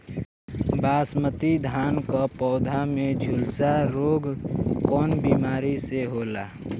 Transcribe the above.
बासमती धान क पौधा में झुलसा रोग कौन बिमारी से होला?